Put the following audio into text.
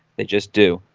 they just do